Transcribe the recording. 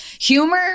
humor